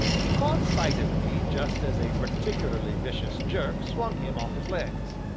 he caught sight of me just as a particularly vicious jerk swung him off his legs.